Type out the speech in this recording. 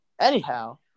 Anyhow